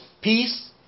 Peace